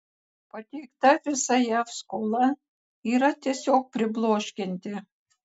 pateikta visa jav skola yra tiesiog pribloškianti